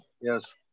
Yes